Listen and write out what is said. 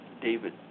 David